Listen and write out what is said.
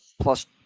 plus